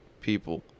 people